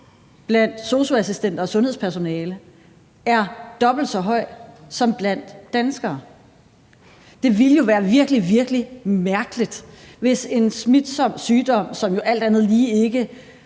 blandt sosu-assistenter og sundhedspersonale er dobbelt så høj som blandt danskere. Det ville jo være virkelig, virkelig mærkeligt, hvis en smitsom sygdom, som alt andet lige ikke